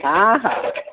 हा हा